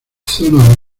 zona